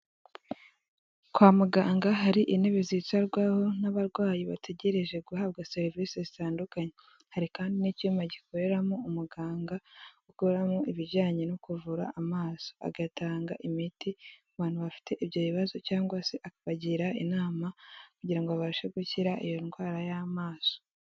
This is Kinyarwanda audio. Kwa muganga hari intebe zicarwaho n'abarwayi bategereje guhabwa serivise zitandukanye, hari kandi n'icyuma gikoreramo umuganga ukoramo ibijyanye no kuvura amaso agatanga imiti ku bantu bafite ibyo bibazo cyangwa se aka abagira inama kugirango abashe gukira iyo ndwara y'amaso.